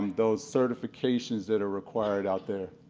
those certifications that are required out there.